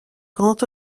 grand